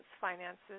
finances